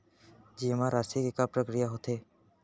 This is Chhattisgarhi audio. जेमा राशि के का प्रक्रिया होथे?